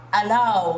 allow